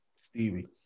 Stevie